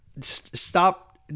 Stop